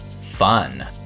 Fun